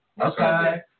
Okay